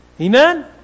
Amen